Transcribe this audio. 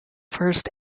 first